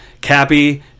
Cappy